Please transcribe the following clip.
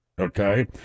Okay